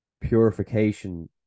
purification